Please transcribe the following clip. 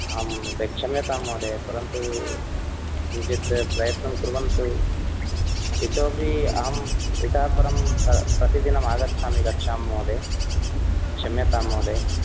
आं क्षम्यतां महोदय परन्तु किञ्चित् प्रयत्नं कुर्वन्तु इतोऽपि अहम् इतः परं प्रतिदिनमागच्छामि कक्षां महोदय क्षम्यतां महोदय